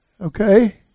Okay